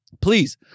Please